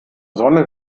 sonne